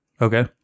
Okay